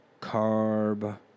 carb